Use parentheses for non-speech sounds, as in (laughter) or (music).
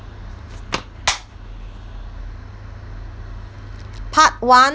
(noise) part one